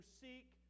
seek